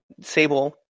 Sable